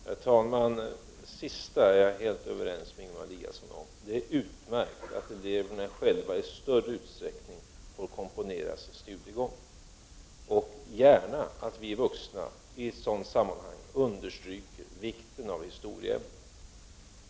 Herr talman! Det sista är jag helt överens med Ingemar Eliasson om. Det är utmärkt att eleverna själva i större utsträckning får komponera sin studiegång. Jag tycker att vi vuxna gärna i ett sådant sammanhang kan understryka vikten av historieämnet.